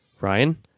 Ryan